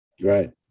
Right